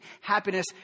happiness